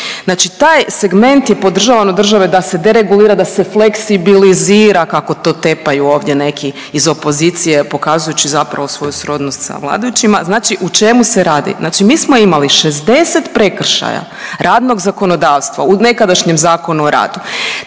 Znači taj segment je podržavan od države da se deregulira, da se fleksibilizira kako to tepaju ovdje neki iz opozicije pokazujući zapravo svoju srodnost sa vladajućima. Znači u čemu se radi? Znači mi smo imali 60 prekršaja radnog zakonodavstva u nekadašnjem Zakonu o radu.